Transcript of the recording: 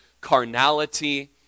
carnality